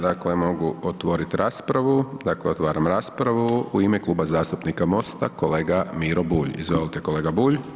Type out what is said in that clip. Dakle mogu otvorit raspravu, dakle otvaram raspravu, u ime Kluba zastupnika MOST-a, kolega Miro Bulj, izvolite kolega Bulj.